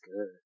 good